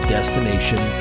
Destination